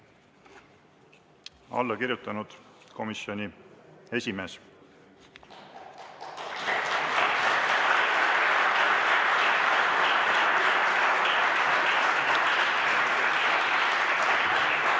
Alla kirjutanud komisjoni esimees.